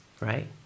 right